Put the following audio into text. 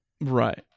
Right